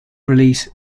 release